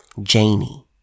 Janie